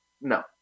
No